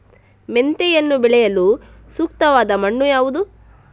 ಮೆಂತೆಯನ್ನು ಬೆಳೆಯಲು ಸೂಕ್ತವಾದ ಮಣ್ಣು ಯಾವುದು?